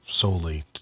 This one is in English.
solely